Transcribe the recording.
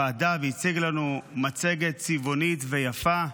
לוועדה, הציג לנו מצגת צבעונית ויפה,